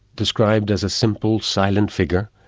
described as a simple, silent figure,